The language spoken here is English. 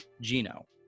GINO